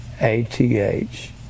a-t-h